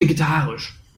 vegetarisch